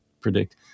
predict